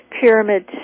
pyramid